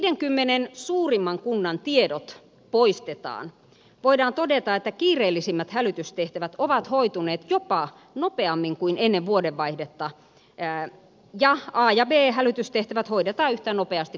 kun viidenkymmenen suurimman kunnan tiedot poistetaan voidaan todeta että kiireellisimmät hälytystehtävät ovat hoituneet jopa nopeammin kuin ennen vuodenvaihdetta ja a ja b hälytystehtävät hoidetaan yhtä nopeasti kuin aiemmin